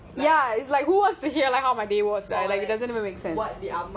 ya it's like who wants to hear like how my day was like it doesn't even make sense